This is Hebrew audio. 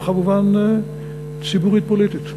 וכמובן ציבורית-פוליטית.